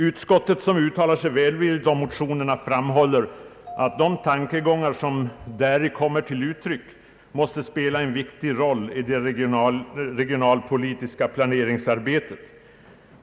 Utskottet som uttalar sig välvilligt om motionerna framhåller, att de tan kegångar som däri kommer till uttryck måste spela en viktig roll i det regionalpolitiska planeringsarbetet.